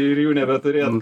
ir jų nebeturėt